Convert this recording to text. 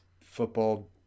football